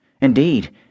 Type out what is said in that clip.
Indeed